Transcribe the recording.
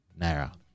naira